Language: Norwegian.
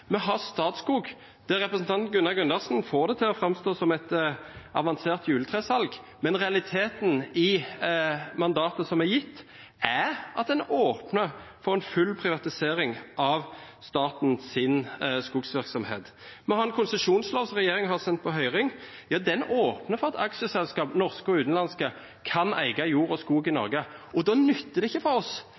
vi har Statskog, der representanten Gunnar Gundersen får det til å framstå som et avansert juletresalg. Men realiteten i mandatet som er gitt, er at en åpner for en full privatisering av statens skogsvirksomhet. Vi har en konsesjonslov som regjeringen har sendt på høring. Den åpner for at aksjeselskap – norske og utenlandske – kan eie jord og skog i Norge. Da nytter det ikke for oss